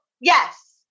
Yes